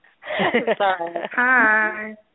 Hi